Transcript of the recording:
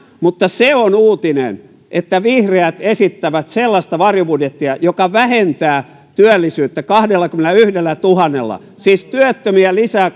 mutta se on uutinen että vihreät esittävät sellaista varjobudjettia joka vähentää työllisyyttä kahdellakymmenellätuhannella siis työttömiä lisää